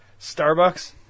Starbucks